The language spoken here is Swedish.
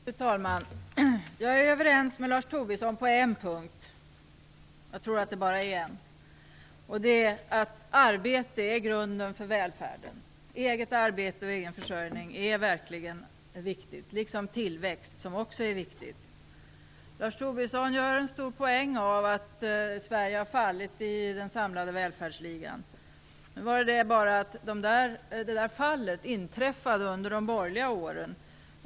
Fru talman! Jag är överens med Lars Tobisson på en punkt - jag tror att det bara är en - och det är att arbete är grunden för välfärden. Eget arbete och egen försörjning är verkligen viktigt, liksom tillväxt. Lars Tobisson gör en stor poäng av att Sverige har fallit i den samlade välfärdsligan. Men detta fall inträffade under de borgerliga åren.